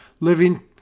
living